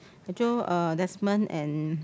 I jio uh Desmond and